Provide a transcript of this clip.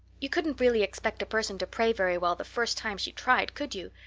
you couldn't really expect a person to pray very well the first time she tried, could you?